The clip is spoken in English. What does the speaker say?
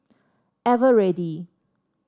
eveready